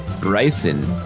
Bryson